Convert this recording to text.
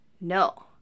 no